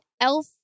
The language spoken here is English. elf